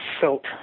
felt